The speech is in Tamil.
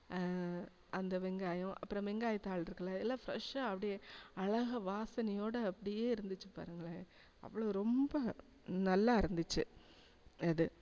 அந்த வெங்காயம் அப்புறம் வெங்காயத்தாள் இருக்குல்ல எல்லாம் ஃப்ரெஷ்ஷாக அப்படியே அழகா வாசனையோட அப்படியே இருந்துச்சு பாருங்களேன் அவ்வளோ ரொம்ப நல்லா இருந்துச்சு இது